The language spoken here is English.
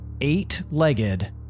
eight-legged